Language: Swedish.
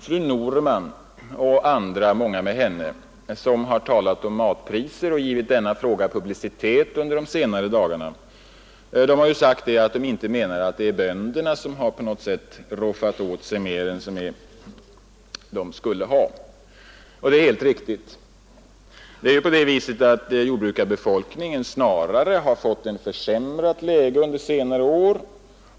Fru Norman och många med henne som de senaste dagarna givit frågan om matpriserna publicitet har sagt att de inte menar att det är bönderna som roffat åt sig mer än vad de borde ha. Det är helt riktigt. Jordbrukarbefolkningen har snarare under senare år fått ett försämrat läge.